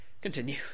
Continue